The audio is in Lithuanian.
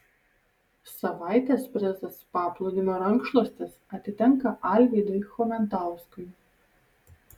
savaitės prizas paplūdimio rankšluostis atitenka alvydui chomentauskui